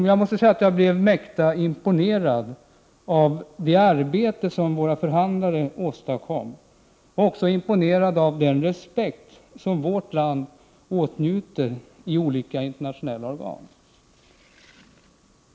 Jag måste säga att jag blev mäkta imponerad av det arbete som våra förhandlare åstadkom. Jag blev också imponerad av att vårt land åtnjuter så stor respekt i olika internationella organ.